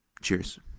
Cheers